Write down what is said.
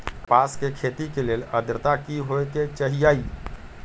कपास के खेती के लेल अद्रता की होए के चहिऐई?